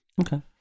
Okay